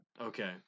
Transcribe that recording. Okay